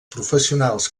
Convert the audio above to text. professionals